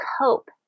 cope